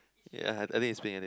ya I think I think it's pink I think